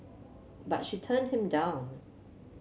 but she turned him down